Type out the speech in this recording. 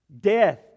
death